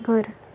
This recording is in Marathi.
घर